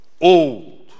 old